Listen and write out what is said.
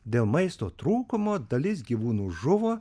dėl maisto trūkumo dalis gyvūnų žuvo